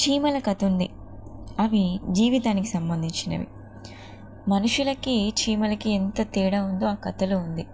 చీమల కథ ఉంది అవి జీవితానికి సంబంధించినవి మనుషులకి చీమలకి ఎంత తేడా ఉందో ఆ కథలో ఉంది